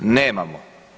Nemamo.